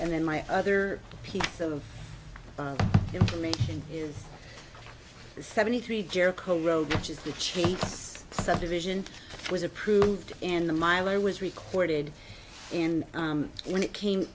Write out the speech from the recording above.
and then my other piece of information is seventy three jericho road which is the cheapest subdivision was approved in the mile i was recorded in when it came